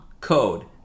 code